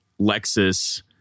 Lexus